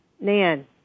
Nan